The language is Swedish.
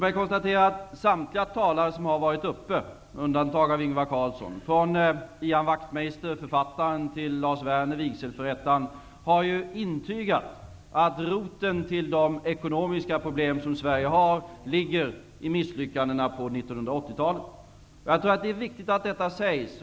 Låt mig konstatera att samtliga talare som varit uppe och talat, med undantag av Ingvar Carlsson -- från Ian Wachtmeister, författaren, till Lars Werner, vigselförrättaren -- har intygat att roten till de ekonomiska problem som Sverige har återfinns i misslyckandena på 1980-talet. Jag tror att det är viktigt att detta sägs.